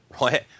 right